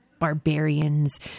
barbarians